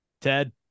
Ted